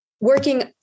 working